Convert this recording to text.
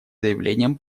заявлением